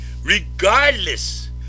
Regardless